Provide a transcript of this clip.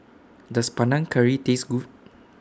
Does Panang Curry Taste Good